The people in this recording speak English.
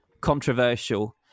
controversial